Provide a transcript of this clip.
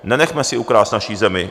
Nenechme si ukrást naši zemi!